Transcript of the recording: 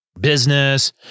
business